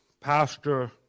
pastor